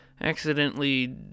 accidentally